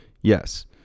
yes